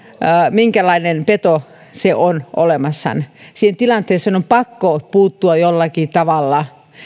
minkälainen peto se on siihen tilanteeseen on pakko puuttua jollakin tavalla